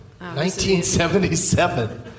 1977